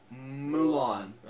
Mulan